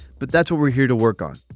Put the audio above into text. but that's what we're here to work on.